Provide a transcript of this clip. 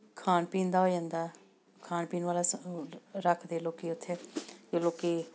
ਖਾਣ ਪੀਣ ਦਾ ਹੋ ਜਾਂਦਾ ਖਾਣ ਪੀਣ ਵਾਲਾ ਸ ਰੱਖਦੇ ਲੋਕ ਉੱਥੇ ਅਤੇ ਲੋਕ